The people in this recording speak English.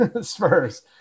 Spurs